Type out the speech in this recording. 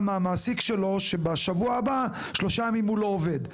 מהמעסיק שלו שבשבוע הבא שלושה ימים הוא לא עובד.